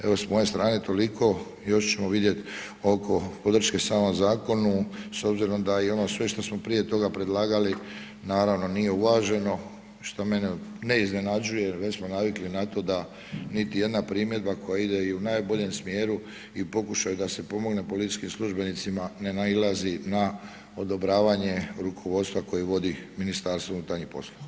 Evo s moje strane toliko, još ćemo vidjet oko podrške samom zakonu s obzirom da i ono sve što smo prije toga predlagali naravno nije uvaženo, što mene ne iznenađuje jer već smo navikli na to da niti jedna primjedba koja ide i u najboljem smjeru i pokušaju da se pomogne policijskim službenicima ne nailazi na odobravanje rukovodstva koje vodi MUP.